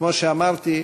כמו שאמרתי,